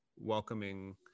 welcoming